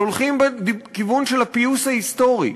שהולכים בכיוון של הפיוס ההיסטורי,